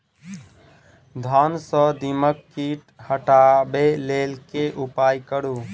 धान सँ दीमक कीट हटाबै लेल केँ उपाय करु?